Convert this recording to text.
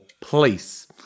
place